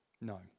No